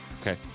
Okay